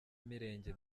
mirenge